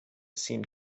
seemed